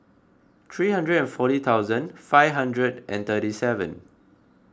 three hundred and forty thousand five hundred and thirty seven